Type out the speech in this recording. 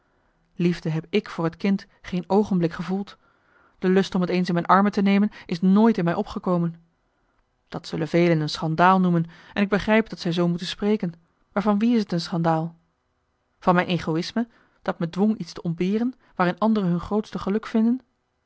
liefde heb ik voor het kind geen oogenblik gevoeld de lust om t eens in mijn armen te nemen is nooit in mij opgekomen dat zullen velen een schandaal noemen en ik begrijp dat zij zoo moeten spreken maar van wie is t een schandaal van mijn egoïsme dat me dwong iets te ontberen waarin anderen hun grootste geluk vinden